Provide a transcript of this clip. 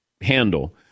handle